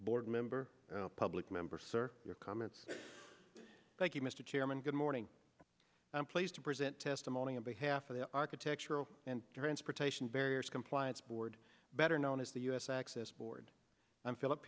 board member a public member sir your comments thank you mr chairman good morning i am pleased to present testimony on behalf of the architectural and transportation barriers compliance board better known as the us access board i'm philip